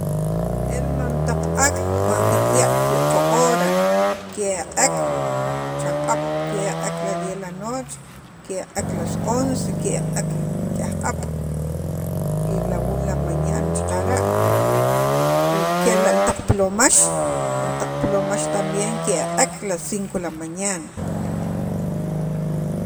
el mam taq ak' cuand kikya' kiqo hora ke'aq'ek chaq'ab', ke'aq'ek las diez lanoche ki'aq'ek las once, ki'aq'ek nik'yaj aq'a'b', y la un de la mañana xaqara' y kela' taq plomax e taq plomax tambien ke'aq'ek a las cinco de la mañana